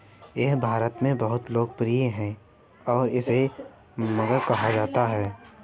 यह भारत में बहुत लोकप्रिय है और इसे मोगरा कहा जाता है